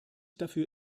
dafür